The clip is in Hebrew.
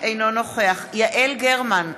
אינו נוכח יעל גרמן,